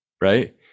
Right